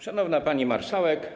Szanowna Pani Marszałek!